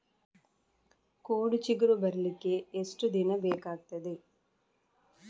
ಕೋಡು ಚಿಗುರು ಬರ್ಲಿಕ್ಕೆ ಎಷ್ಟು ದಿನ ಬೇಕಗ್ತಾದೆ?